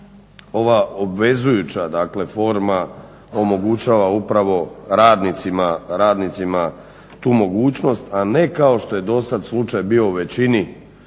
ova obvezujuća dakle forma omogućava upravo radnicima tu mogućnost, a ne kao što je dosad slučaj bio u većini